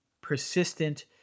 persistent